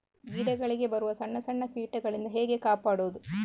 ಗಿಡಗಳಿಗೆ ಬರುವ ಸಣ್ಣ ಸಣ್ಣ ಕೀಟಗಳಿಂದ ಹೇಗೆ ಕಾಪಾಡುವುದು?